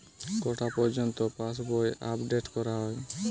কটা পযর্ন্ত পাশবই আপ ডেট করা হয়?